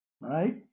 Right